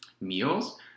meals